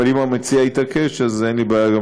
אבל אם המציע יתעקש אז אין לי בעיה גם